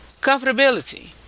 Comfortability